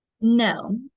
No